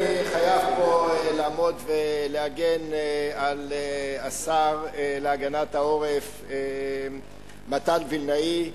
אני חייב פה לעמוד ולהגן על השר להגנת העורף מתן וילנאי.